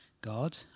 God